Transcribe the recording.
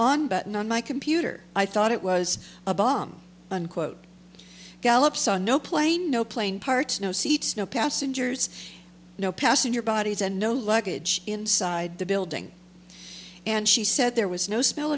on button on my computer i thought it was a bomb unquote gallops on no plane no plane parts no seats no passengers no passenger bodies and no luggage inside the building and she said there was no smell